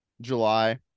July